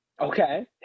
Okay